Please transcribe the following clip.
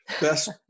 best